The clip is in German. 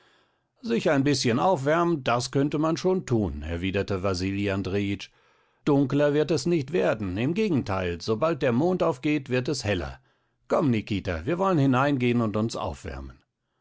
sich ein bißchen aufwärmen das könnte man schon tun erwiderte wasili andrejitsch dunkler wird es nicht werden im gegenteil sobald der mond aufgeht wird es heller komm nikita wir wollen hineingehen und uns aufwärmen